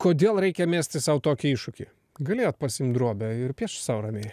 kodėl reikia mesti sau tokį iššūkį galėjot pasiimt drobę ir sau ramiai